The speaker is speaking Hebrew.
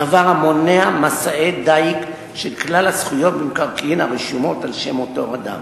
דבר המונע "מסעי דיג" של כלל הזכויות במקרקעין הרשומות על שם אותו אדם.